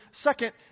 second